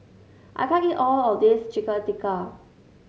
I can't eat all of this Chicken Tikka